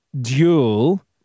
duel